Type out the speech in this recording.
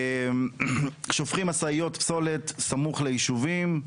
שופכים משאיות פסולת סמוך ליישובים,